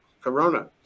corona